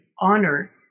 honor